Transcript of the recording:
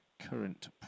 Current